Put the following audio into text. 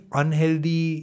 unhealthy